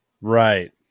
Right